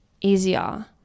easier